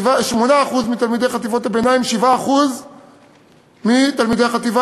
8% מתלמידי חטיבות הביניים ו-7% מתלמידי החטיבה